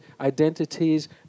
identities